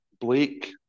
Blake